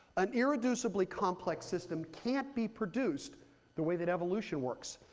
an irreducibly complex system can't be produced the way that evolution works,